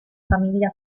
famiglia